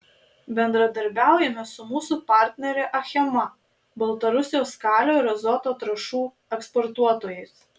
bendradarbiaujame su mūsų partnere achema baltarusijos kalio ir azoto trąšų eksportuotojais